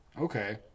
Okay